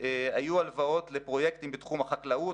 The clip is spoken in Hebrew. היו הלוואות לפרויקטים בתחום החקלאות,